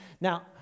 Now